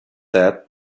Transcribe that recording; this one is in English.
that